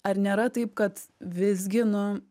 ar nėra taip kad visgi nu